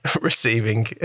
receiving